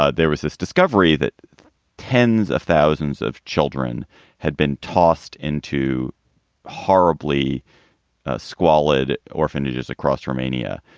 ah there was this discovery that tens of thousands of children had been tossed into horribly squalid orphanages across romania.